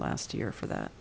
last year for that